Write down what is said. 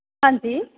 ਹਾਂਜੀ